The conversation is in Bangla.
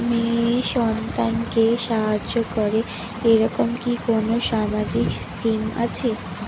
মেয়ে সন্তানকে সাহায্য করে এরকম কি কোনো সামাজিক স্কিম আছে?